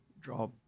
draw